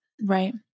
Right